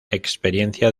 experiencia